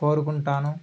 కోరుకుంటాను